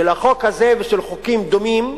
של החוק הזה ושל חוקים דומים,